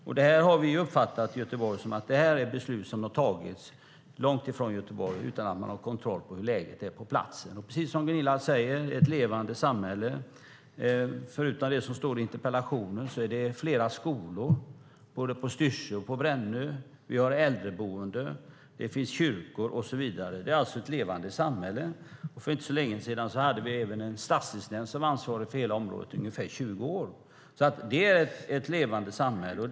Vi i Göteborg har uppfattat att detta beslut har fattats långt från Göteborg utan någon kontroll av läget på plats. Precis som Gunilla Carlsson säger är det fråga om ett levande samhälle. Förutom det som framgår av interpellationen finns flera skolor på Styrsö och Brännö, äldreboenden och kyrkor och så vidare. Det är alltså fråga om ett levande samhälle. För inte så länge sedan fanns även en stadsdelsnämnd som ansvarade för hela området - i ungefär 20 år. Det är ett levande samhälle.